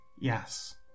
Yes